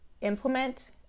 implement